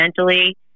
mentally